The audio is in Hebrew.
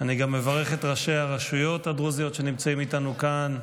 אני גם מברך את ראשי הרשויות הדרוזיות שנמצאים איתנו כאן.